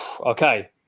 Okay